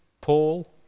Paul